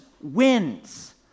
wins